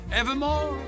evermore